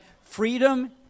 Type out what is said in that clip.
Freedom